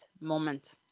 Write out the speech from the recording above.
moment